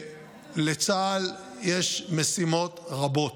לצה"ל יש משימות רבות,